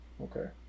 Okay